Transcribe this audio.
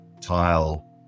tile